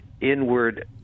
inward